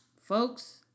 folks